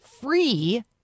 free